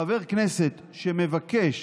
חבר כנסת שמבקש